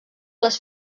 les